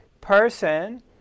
person